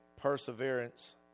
Perseverance